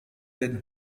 denn